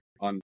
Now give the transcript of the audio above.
on